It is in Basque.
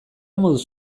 moduz